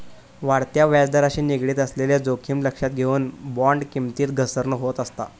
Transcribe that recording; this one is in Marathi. वाढत्या व्याजदराशी निगडीत असलेली जोखीम लक्षात घेऊन, बॉण्ड किमतीत घसरण होत असता